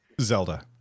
Zelda